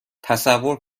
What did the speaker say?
تصور